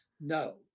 no